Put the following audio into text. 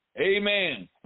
Amen